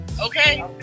Okay